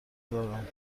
دارم